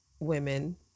women